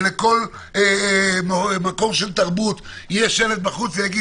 ולכל מקום של תרבות יהיה שלט בחוץ שיגיד: